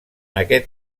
aquest